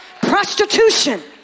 prostitution